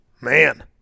Man